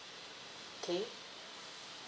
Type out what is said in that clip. okay